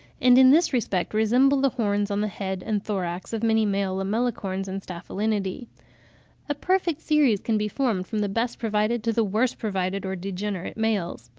and in this respect resemble the horns on the head and thorax of many male lamellicorns and staphylinidae a perfect series can be formed from the best-provided to the worst-provided or degenerate males.